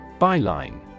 Byline